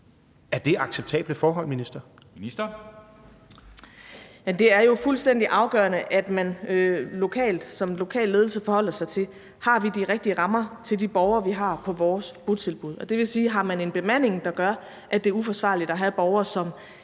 ældreministeren (Astrid Krag): Det er jo fuldstændig afgørende, at man lokalt, som lokal ledelse, forholder sig til spørgsmålet: Har vi de rigtige rammer til de borgere, vi har på vores botilbud? Det vil sige: Har man en bemanding, der gør, at det er uforsvarligt at have borgere, som